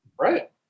Right